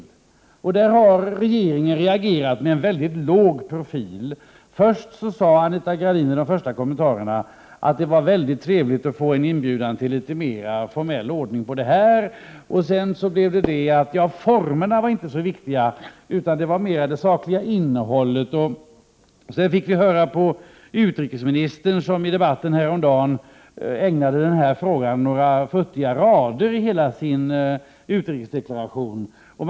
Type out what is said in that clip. I fråga om detta har regeringen reagerat med en mycket låg profil. I de första kommentarerna sade Anita Gradin att det var mycket trevligt att få en inbjudan till litet mer — Prot. 1988/89:73 formell ordning på detta. Sedan framkom det att det inte var formerna som 24 februari 1989 var viktiga utan mer det sakliga innehållet. Och utrikesministern ägnade den här frågan några futtiga rader i sin utrikesdeklaration i debatten häromdagen.